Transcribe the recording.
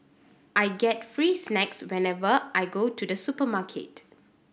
I get free snacks whenever I go to the supermarket